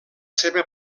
seva